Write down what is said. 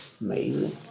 Amazing